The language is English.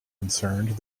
concerned